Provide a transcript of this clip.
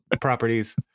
properties